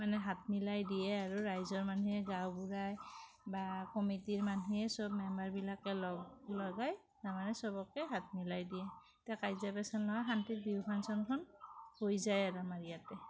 মানে হাত মিলাই দিয়ে আৰু ৰাইজৰ মানুহে গাঁওবুঢ়াই বা কমিটিৰ মানুহে চব মেম্বাৰবিলাকে লগ লগাই তাৰমানে চবকে হাত মিলাই দিয়ে যাতে কাজিয়া পেচাল নহয় শান্তিত বিহু ফাংশ্যনখন হৈ যায় আৰু আমাৰ ইয়াতে